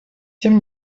тем